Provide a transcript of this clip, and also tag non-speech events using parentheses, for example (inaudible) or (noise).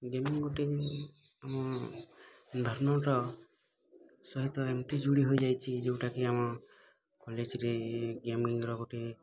gaming ଗୋଟେ ଆମ (unintelligible) ସହିତ ଏମିତି ଯୋଡ଼ି ହେଇଯାଇଛି ଯୋଉଟାକି ଆମ କଲେଜ୍ରେ ଗେମିଙ୍ଗ୍ର ଗୋଟେ